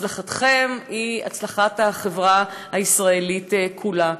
הצלחתכם היא הצלחת החברה הישראלית כולה.